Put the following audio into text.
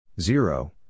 Zero